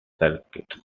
circuits